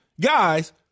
guys